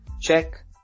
Check